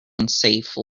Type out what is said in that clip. unsafe